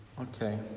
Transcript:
okay